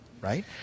right